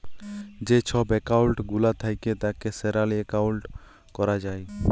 যে ছব একাউল্ট গুলা থ্যাকে তাকে স্যালারি একাউল্ট ক্যরা যায়